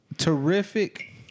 Terrific